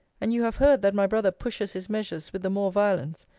and you have heard that my brother pushes his measures with the more violence,